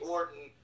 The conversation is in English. Orton